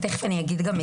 תכף אני אומר.